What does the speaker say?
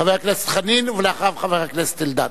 חבר הכנסת חנין, ואחריו, חבר הכנסת אלדד.